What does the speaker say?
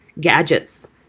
gadgets